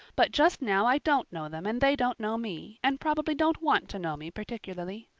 but just now i don't know them and they don't know me, and probably don't want to know me particularly.